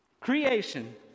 Creation